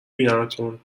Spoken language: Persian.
بینمتون